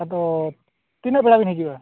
ᱟᱫᱚ ᱛᱤᱱᱟᱹᱜ ᱵᱮᱲᱟ ᱵᱮᱱ ᱦᱤᱡᱩᱜᱼᱟ